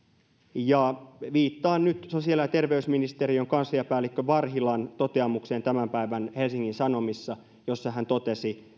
ja viittaan nyt sosiaali ja terveysministeriön kansliapäällikkö varhilan toteamukseen tämän päivän helsingin sanomissa jossa hän totesi